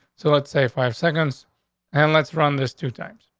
so let's say five seconds and let's run this two times.